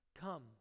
come